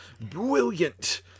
Brilliant